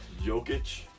Jokic